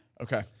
Okay